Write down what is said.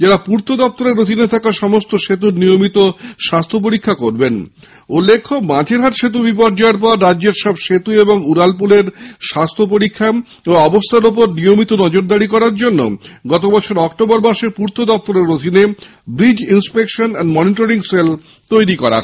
যারা পূর্ত দপ্তরের অধীনে থাকা সমস্ত সেতুর নিয়মিত স্বাস্থ্য পরীক্ষা করবেন উল্লেখ্য মাঝেরহাট সেতু বিপর্যয়ের পর রাজ্যের সব সেতু ও উড়ালপুলের স্বাস্থ্য পরীক্ষা ও অবস্থার ওপর নিয়মিত নজরদারি করার জন্য গত বছর অক্টোবর মাসে পূর্ত দপ্তরের অধীনে bridge inspection and monitoring cell তৈরি করা হয়